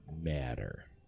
matter